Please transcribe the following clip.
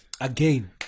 Again